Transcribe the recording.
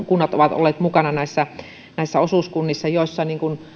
kunnat ovat olleet mukana osuuskunnissa joissa